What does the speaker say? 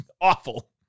awful